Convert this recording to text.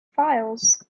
files